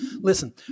Listen